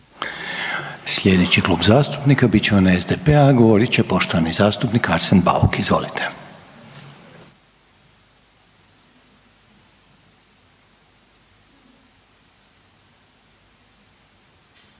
Slijedeći Klub zastupnika bit će onaj SDP-a, a govorit će poštovani zastupnik Arsen Bauk, izvolite.